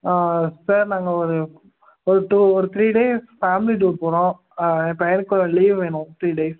sir நாங்கள் ஒரு ஒரு டூ ஒரு த்ரீ டேஸ் ஃபேமிலி டூர் போகிறோம் என் பையனுக்கு லீவ் வேணும் த்ரீ டேஸ்